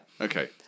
Okay